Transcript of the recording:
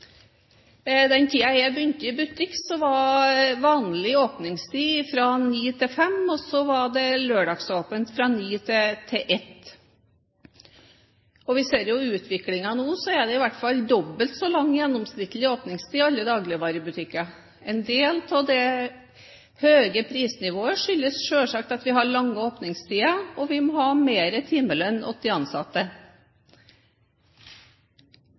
den tiden da jeg begynte i butikk, var vanlig åpningstid fra kl. 9 til kl. 17, og så var det lørdagsåpent fra kl. 9 til kl 13. Vi ser jo av utviklingen nå at det er dobbelt så lang gjennomsnittlig åpningstid i alle dagligvarebutikker. En del av det høye prisnivået skyldes sjølsagt at vi har lange åpningstider, og at vi må ha mer timelønn til de ansatte.